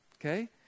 Okay